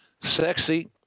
sexy